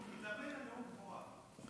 מתאמן על נאום הבכורה.